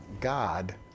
God